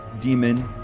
Demon